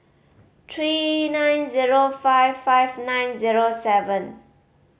three nine zero five five nine zero seven